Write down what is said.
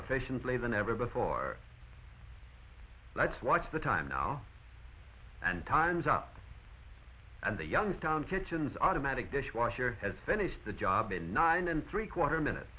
efficiently than ever before let's watch the time now and time's up and the young town kitchens automatic dishwasher has finished the job in nine and three quarter minutes